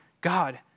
God